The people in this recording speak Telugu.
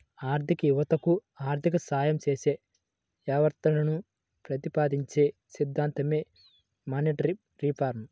ఆర్థిక యావత్తకు ఆర్థిక సాయం చేసే యావత్తును ప్రతిపాదించే సిద్ధాంతమే మానిటరీ రిఫార్మ్